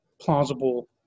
plausible